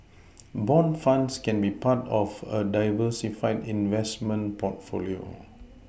bond funds can be part of a diversified investment portfolio